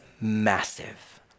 massive